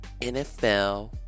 NFL